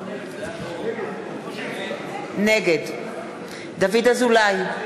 נגד דוד אזולאי,